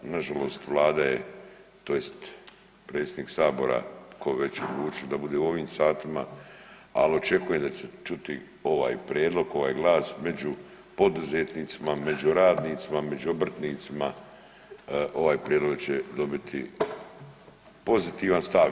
Nažalost Vlada je tj. predsjednik sabora tko već odlučili da bude u ovim satima, ali očekujem da će se čuti ovaj prijedlog, ovaj glas među poduzetnicima, među radnicima, među obrtnicima, ovaj prijedlog će dobiti pozitivan stav.